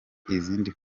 izindi